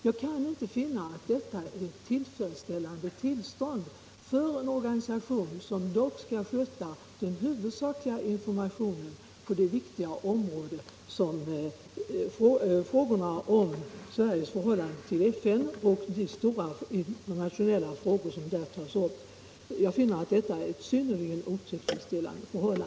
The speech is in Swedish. Jag kan inte finna att detta är ett tillfredsställande tillstånd för en organisation som dock skall sköta den huvudsakliga informationen på det viktiga område som utgörs av frågorna om Sveriges förhållande till FN och de stora internationella frågor som där tas upp.